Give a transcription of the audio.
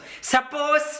Suppose